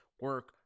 Work